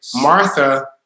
Martha